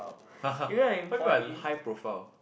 what do you mean by high profile